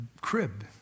crib